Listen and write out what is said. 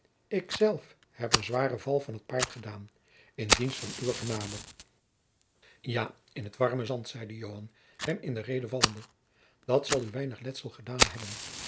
zelf heb een zwaren val van t paard gedaan in dienst van uwe genade ja in t warme zand zeide joan hem in de rede vallende dat zal u weinig letsel gedaan hebben